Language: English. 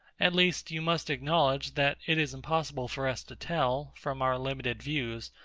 at least, you must acknowledge, that it is impossible for us to tell, from our limited views,